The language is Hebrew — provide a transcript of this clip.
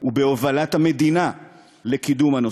ובהובלת המדינה לקידום הנושא.